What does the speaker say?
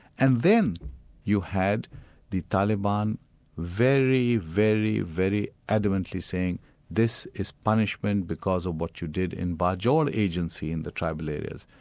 and then you had the taliban very, very, very adamantly saying this is punishment because of what you did in bajol agency in the tribal areas.